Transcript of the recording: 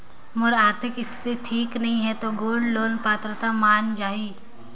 मोर आरथिक स्थिति ठीक नहीं है तो गोल्ड लोन पात्रता माने जाहि?